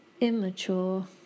immature